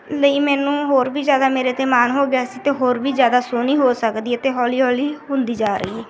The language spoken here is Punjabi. ਲਈ ਮੈਨੂੰ ਹੋਰ ਵੀ ਜ਼ਿਆਦਾ ਮੇਰੇ 'ਤੇ ਮਾਣ ਹੋ ਗਿਆ ਸੀ ਅਤੇ ਹੋਰ ਵੀ ਜ਼ਿਆਦਾ ਸੋਹਣੀ ਹੋ ਸਕਦੀ ਹੈ ਅਤੇ ਹੌਲੀ ਹੌਲੀ ਹੁੰਦੀ ਜਾ ਰਹੀ